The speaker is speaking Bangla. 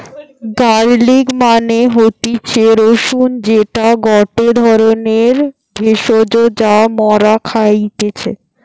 গার্লিক মানে হতিছে রসুন যেটা গটে ধরণের ভেষজ যা মরা খাইতেছি